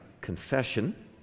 confession